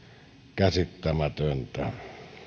käsittämätöntä